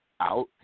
out